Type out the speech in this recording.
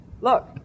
look